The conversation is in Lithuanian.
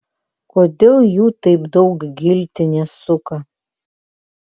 kodėl jų taip daug giltinė suka